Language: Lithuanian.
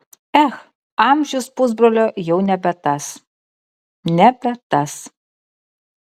ech amžius pusbrolio jau nebe tas nebe tas